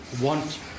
want